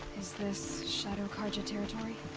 is this. shadow carja territory?